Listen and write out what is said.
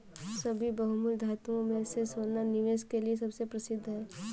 सभी बहुमूल्य धातुओं में से सोना निवेश के लिए सबसे प्रसिद्ध है